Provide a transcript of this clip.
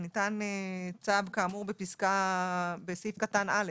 זה צו כאמור בסעיף קטן (א).